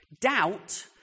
doubt